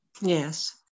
Yes